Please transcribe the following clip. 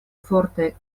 fortaj